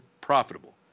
profitable